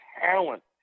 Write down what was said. talent